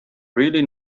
really